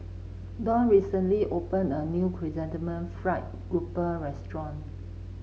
Dawne recently opened a new Chrysanthemum Fried Grouper restaurant